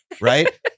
Right